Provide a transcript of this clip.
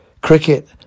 Cricket